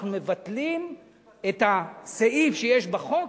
אנחנו מבטלים את הסעיף שיש בחוק,